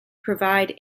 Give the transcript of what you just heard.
provide